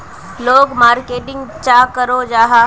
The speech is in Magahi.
लोग मार्केटिंग चाँ करो जाहा?